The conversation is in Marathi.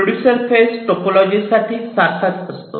प्रोड्युसर फेज टोपोलॉजी साठी सारखाच असतो